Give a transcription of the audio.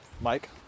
Mike